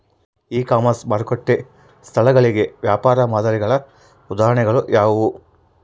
E commerce ಮಾರುಕಟ್ಟೆ ಸ್ಥಳಗಳಿಗೆ ವ್ಯಾಪಾರ ಮಾದರಿಗಳ ಉದಾಹರಣೆಗಳು ಯಾವುವು?